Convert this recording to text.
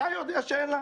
אתה יודע שאין לה?